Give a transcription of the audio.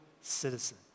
citizen